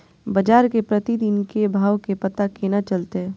बजार के प्रतिदिन के भाव के पता केना चलते?